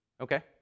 Okay